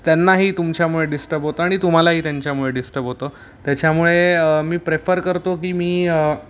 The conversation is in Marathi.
त्यांनाही तुमच्यामुळे डिस्टर्ब होतं आणि तुम्हालाही त्याच्यामुळे डिस्टर्ब होतं त्याच्यामुळे मी प्रेफर करतो की मी